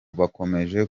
bakomeje